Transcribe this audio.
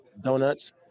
donuts